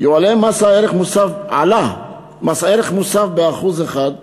על כך עלה מס הערך המוסף ב-1%,